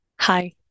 hi